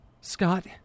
Scott